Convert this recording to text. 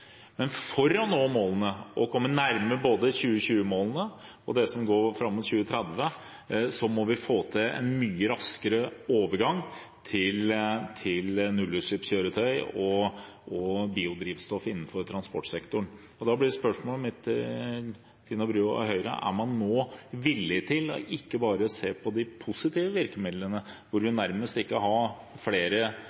Men for å nå målene – komme nær både 2020-målene og det som går fram mot 2030 – må vi få til en mye raskere overgang til nullutslippskjøretøy og biodrivstoff innenfor transportsektoren. Da blir spørsmålet mitt til Tina Bru og Høyre: Er man nå villig til ikke bare å se på de positive virkemidlene, hvor vi